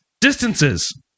distances